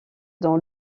dans